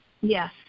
Yes